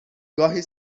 گاهی